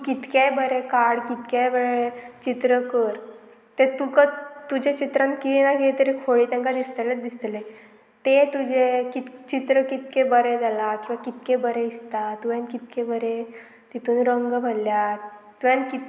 तूं कितकेंय बरें काड कितकें बरें चित्र कर ते तुका तुजें चित्रान किरें ना किरें तरी खोळी तांकां दिसतलेंत दिसतलें तें तुजें कित चित्र कितकें बरें जालां किंवां कितकें बरें दिसता तुवें कितकें बरें तितून रंग भरल्यात तुवें कित